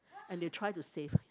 and they try to save